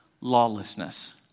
Lawlessness